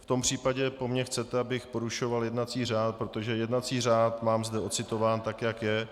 V tom případě po mně chcete, abych porušoval jednací řád, protože jednací řád mám zde ocitován tak, jak je.